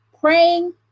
praying